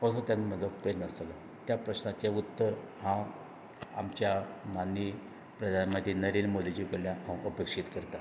असो ताका म्हजो प्रस्न आसतलो त्या प्रस्नाचे उत्तर हांव आमच्या माननीय प्रधानमंत्री नरेंद्र मोदीजी कडल्यान हांव अपेक्षीत करतां